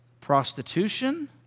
Prostitution